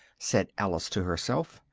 said alice to herself,